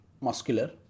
muscular